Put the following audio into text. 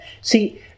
See